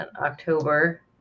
October